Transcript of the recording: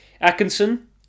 Atkinson